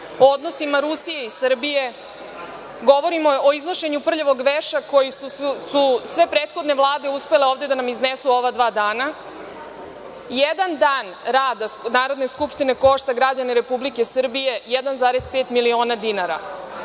o odnosima Rusije i Srbije, govorimo o iznošenju prljavog veša koji su sve prethodne vlade uspele ovde da nam iznesu u ova dva dana, jedan dan rada Narodne skupštine košta građane Republike Srbije 1,5 miliona dinara.